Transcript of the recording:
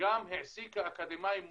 היא גם העסיקה אקדמאים מובטלים,